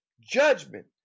judgment